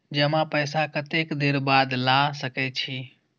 जमा पैसा कतेक देर बाद ला सके छी?